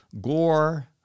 gore